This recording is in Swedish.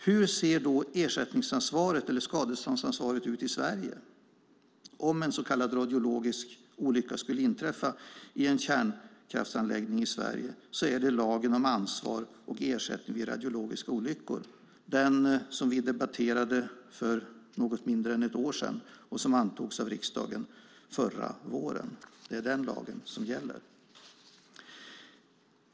Hur ser då ersättningsansvaret eller skadeståndsansvaret ut i Sverige? Om en så kallad radiologisk olycka skulle inträffa i en kärnkraftsanläggning i Sverige är det lagen om ansvar och ersättning vid radiologiska olyckor - som vi debatterade för något mindre än ett år sedan och som antogs av riksdagen förra våren - som gäller.